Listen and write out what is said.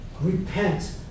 Repent